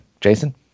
Jason